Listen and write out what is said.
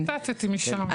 איך שציטטתי משם.